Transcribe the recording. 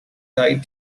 died